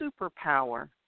superpower